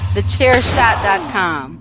Thechairshot.com